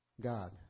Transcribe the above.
God